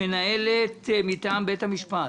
מנהלת מטעם בית המשפט.